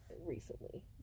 recently